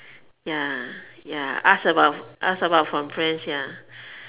ya ya ask about ask about from friends ya